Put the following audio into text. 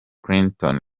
clinton